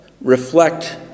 reflect